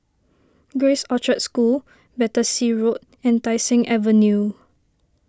Grace Orchard School Battersea Road and Tai Seng Avenue